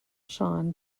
sean